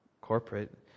corporate